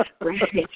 Right